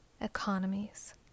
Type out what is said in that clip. economies